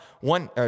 one